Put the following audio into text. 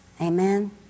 Amen